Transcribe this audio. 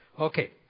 Okay